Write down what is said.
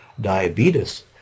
diabetes